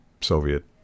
Soviet